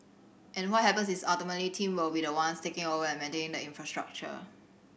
and what happens is ultimately team will be the ones taking over and maintaining the infrastructure